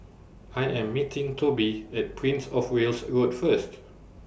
I Am meeting Toby At Prince of Wales Road First